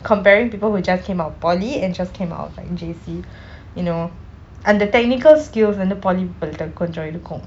comparing people who just came out of poly and just came out of like J_C you know அந்த:antha technical skills வந்து:vanthu poly people கொஞ்சம் இருக்கோம்:konjam irukkom